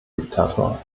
diktator